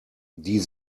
die